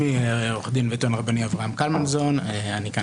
אני כאן